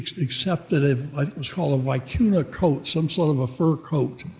except that it was called a vicuna coat, some sort of a fur coat.